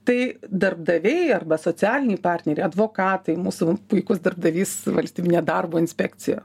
tai darbdaviai arba socialiniai partneriai advokatai mūsų puikus darbdavys valstybinė darbo inspekcija